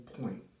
point